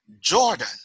Jordan